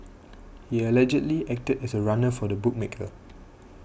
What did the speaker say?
he allegedly acted as a runner for a bookmaker